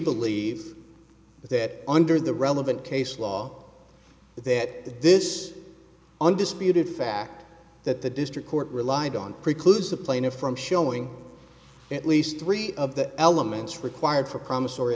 believe that under the relevant case law that this undisputed fact that the district court relied on precludes the plaintiff from showing at least three of the elements required for promis